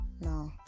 No